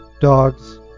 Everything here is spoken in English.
dogs